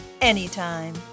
Anytime